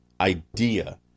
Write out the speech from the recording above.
idea